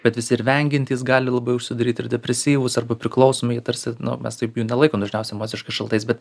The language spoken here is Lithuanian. bet jis ir vengiantis gali labai užsidaryt ir depresyvus arba priklausomai tarsi nu mes taip jų nelaikom dažniausiai emociškai šaltais bet